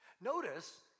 Notice